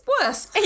worse